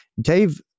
Dave